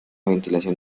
ventilación